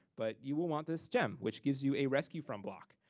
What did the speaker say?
but you will want this gem, which gives you a rescue from block.